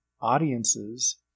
audiences